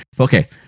Okay